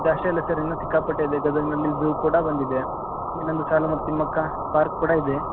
ಜಾಶೆ ಇಲ್ಲ ಸರ್ ಇನ್ನೂ ಸಿಕ್ಕಾಪಟ್ಟೆ ಇದೆ ಗದಗಿನಲ್ಲಿ ಝೂ ಕೂಡ ಒಂದಿದೆ ಇನ್ನೊಂದು ಸಾಲುಮರದ ತಿಮ್ಮಕ್ಕ ಪಾರ್ಕ್ ಕೂಡ ಇದೆ